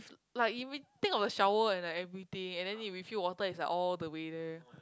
like if we think of a shower and like everything and then you refill water is like all the way there